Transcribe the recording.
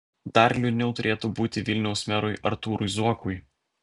dar liūdniau turėtų būti vilniaus merui artūrui zuokui